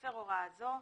המפר הוראה זו,